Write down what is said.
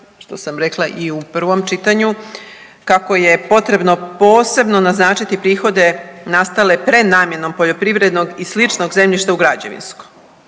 što sam rekla i u prvom čitanju, kako je potrebno posebno naznačiti prihode prenamjenom poljoprivrednog i sličnog zemljišta u građevinskog.